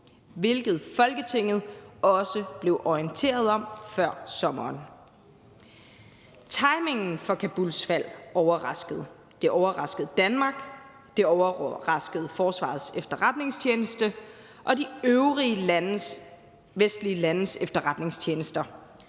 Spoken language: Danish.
hvilket Folketinget også blev orienteret om før sommeren. Timingen for Kabuls fald overraskede. Det overraskede Danmark, det overraskede Forsvarets Efterretningstjeneste og de øvrige vestlige landes efterretningstjenester.